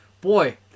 Boy